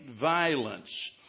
violence